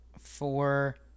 four